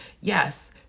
Yes